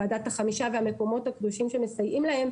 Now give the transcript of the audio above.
ועדת החמישה והמקומות הקדושים שמסייעים להם,